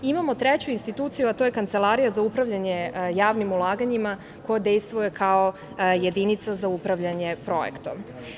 Imamo treću instituciju, a to je Kancelarija za upravljanje javnim ulaganjima koja dejstvuje kao jedinica za upravljanje projektom.